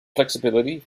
flexibility